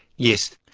yes.